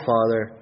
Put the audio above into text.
Father